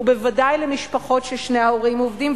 ובוודאי למשפחות ששני ההורים עובדים,